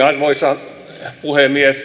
arvoisa puhemies